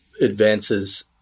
advances